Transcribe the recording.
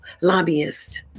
Lobbyists